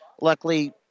luckily